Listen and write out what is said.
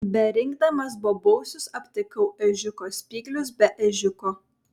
berinkdamas bobausius aptikau ežiuko spyglius be ežiuko